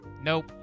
Nope